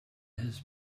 his